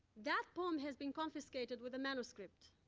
that poem has been confiscated with the manuscript.